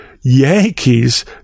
yankees